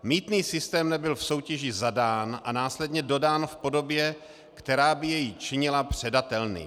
Mýtný systém nebyl v soutěži zadán a následně dodán v podobě, která by jej činila předatelným.